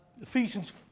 Ephesians